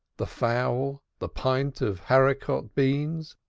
the fowl, the pint of haricot beans,